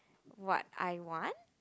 what I want